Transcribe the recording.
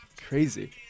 Crazy